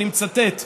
אני מצטט: